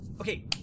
Okay